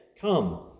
Come